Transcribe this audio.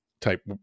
type